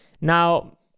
Now